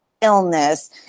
illness